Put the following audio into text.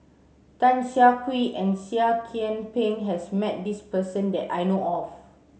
Tan Siah Kwee and Seah Kian Peng has met this person that I know of